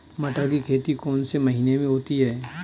मटर की खेती कौन से महीने में होती है?